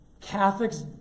Catholics